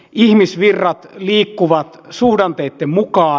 ihmisvirrat liikkuvat suhdanteitten mukaan